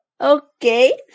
Okay